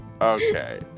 Okay